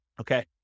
Okay